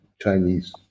Chinese